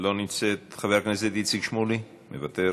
לא נמצאת, חבר הכנסת איציק שמולי, מוותר,